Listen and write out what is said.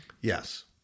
Yes